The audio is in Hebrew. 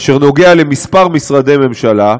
אשר נוגע בכמה משרדי ממשלה,